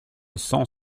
cent